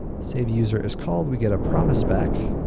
saveuser is called we get a promise back.